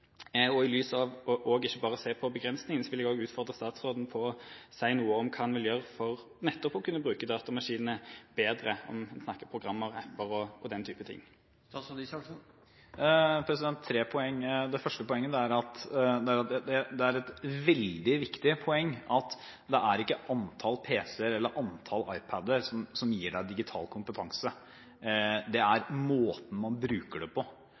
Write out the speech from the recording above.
I lys av det å ikke bare se på begrensningene, vil jeg også utfordre statsråden på å si noe om hva han vil gjøre for nettopp å kunne bruke datamaskinene bedre, om en snakker om programmer, app-er og den type ting. Tre poeng – det første poenget er et veldig viktig poeng: Det er ikke antall pc-er eller antall iPad-er som gir digital kompetanse – det er måten man bruker det på.